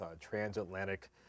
transatlantic